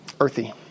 earthy